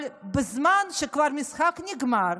אבל בזמן שכבר המשחק נגמר,